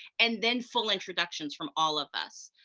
and then full introductions from all of us.